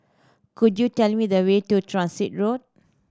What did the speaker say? could you tell me the way to Transit Road